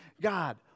God